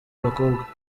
bakobwa